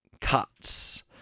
cuts